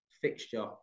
fixture